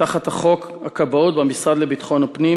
תחת חוק הכבאות במשרד לביטחון הפנים